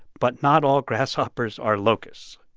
but not all grasshoppers are locusts.